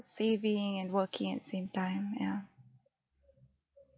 saving and working at the same time yeah